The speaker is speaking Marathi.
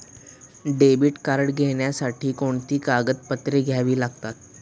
डेबिट कार्ड घेण्यासाठी कोणती कागदपत्रे द्यावी लागतात?